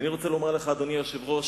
ואני רוצה לומר לך, אדוני היושב-ראש,